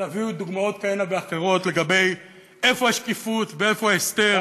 להביא עוד דוגמאות כהנה ואחרות לגבי איפה השקיפות ואיפה ההסתר,